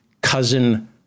Cousin